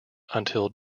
until